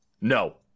No